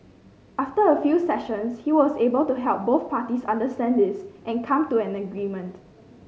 after a few sessions he was able to help both parties understand this and come to an agreement